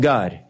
God